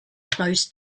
close